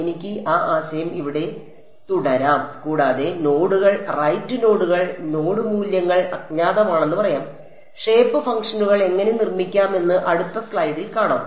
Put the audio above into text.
എനിക്ക് ആ ആശയം ഇവിടെ തുടരാം കൂടാതെ നോഡുകൾ റൈറ്റ് നോഡുകൾ നോഡ് മൂല്യങ്ങൾ അജ്ഞാതമാണെന്ന് പറയാം ഷേപ്പ് ഫംഗ്ഷനുകൾ എങ്ങനെ നിർമ്മിക്കാമെന്ന് അടുത്ത സ്ലൈഡിൽ കാണാം